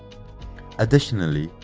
additionally,